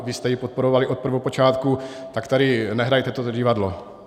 Vy jste ji podporovali od prvopočátku, tak tady nehrajte toto divadlo.